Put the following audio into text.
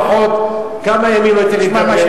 לפחות כמה ימים לא ייתן לי לדבר,